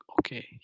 okay